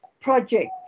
project